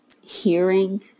hearing